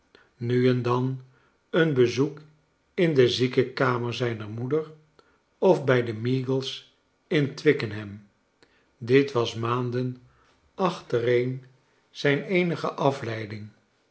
nu en dan een bezoek in de ziekenkamer zijner moeder of bij de meagles in twickenham dit was maanden achtereen zijn eenige afleiding